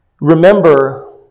remember